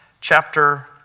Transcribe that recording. chapter